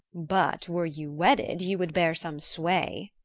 but, were you wedded, you would bear some sway.